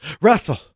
Russell